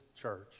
church